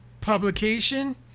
publication